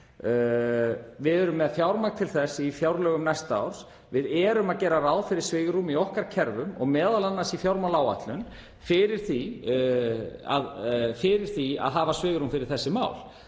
Við erum með fjármagn til þess í fjárlögum næsta árs. Við erum að gera ráð fyrir svigrúmi í okkar kerfum, og m.a. í fjármálaáætlun, til að hafa svigrúm fyrir þessi mál.